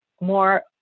more